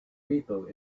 people